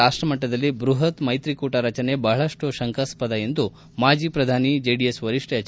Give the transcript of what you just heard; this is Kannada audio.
ರಾಷ್ಟಮಟ್ಟದಲ್ಲಿ ಬೃಹತ್ ಮೈತ್ರಿಕೂಟ ರಚನೆ ಬಹಳಷ್ಟು ಶಂಕಾಸ್ವದ ಎಂದು ಮಾಜಿ ಶ್ರಧಾನಿ ಜೆಡಿಎಸ್ ವರಿಷ್ಠ ಎಚ್